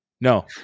No